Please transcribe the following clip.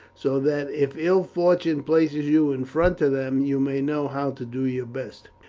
so that if ill fortune places you in front of them, you may know how to do your best.